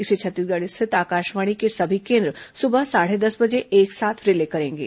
इसे छत्तीसगढ़ स्थित आकाशवाणी के सभी केन्द्र सुबह साढ़े दस बजे एक साथ रिले करेंगे